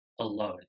alone